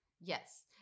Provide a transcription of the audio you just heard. Yes